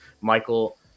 Michael